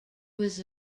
was